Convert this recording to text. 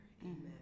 Amen